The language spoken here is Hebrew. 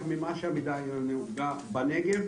בנגב,